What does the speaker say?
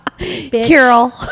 Carol